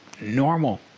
normal